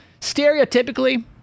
Stereotypically